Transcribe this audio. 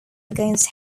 against